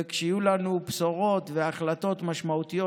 וכשיהיו לנו בשורות והחלטות משמעותיות